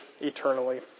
eternally